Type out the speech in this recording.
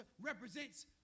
represents